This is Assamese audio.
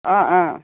অ অ